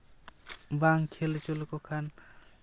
ᱵᱟᱝ ᱠᱷᱮᱞ ᱦᱚᱪᱚ ᱞᱮᱠᱚ ᱠᱷᱟᱱ